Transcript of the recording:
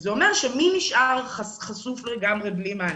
וזה אומר שמי שנשאר חשוף לגמרי ובלי מענה?